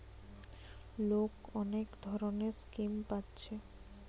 লোক অনেক ধরণের স্কিম পাচ্ছে